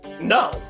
No